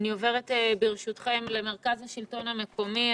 אני עוברת למרכז השלטון המקומי.